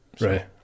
Right